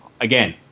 again